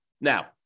Now